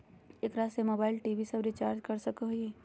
एकरा से mobile TV सब रिचार्ज कर सको हियै की?